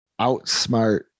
outsmart